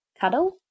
cuddle